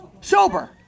Sober